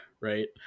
right